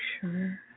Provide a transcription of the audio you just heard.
sure